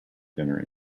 dinner